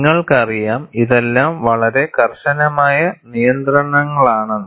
നിങ്ങൾക്കറിയാം ഇതെല്ലാം വളരെ കർശനമായ നിയന്ത്രണങ്ങളാണെന്ന്